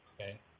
Okay